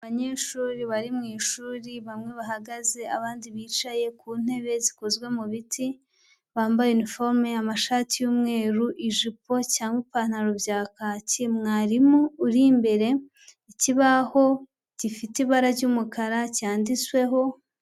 Abanyeshuri bari mu ishuri bamwe bahagaze abandi bicaye ku ntebe zikozwe mu biti, bambaye uniforme, amashati y'umweru, ijipo cyangwa ipantaro bya kaki mwarimu uri imbere ku kibaho gifite ibara ry'umukara cyanditsweho...